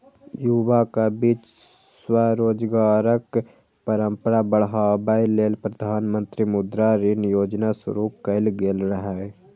युवाक बीच स्वरोजगारक परंपरा बढ़ाबै लेल प्रधानमंत्री मुद्रा ऋण योजना शुरू कैल गेल रहै